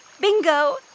Bingo